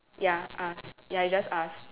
ya ask ya you just ask